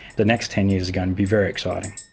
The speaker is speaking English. the next ten years is going to be very exciting.